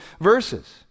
verses